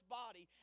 body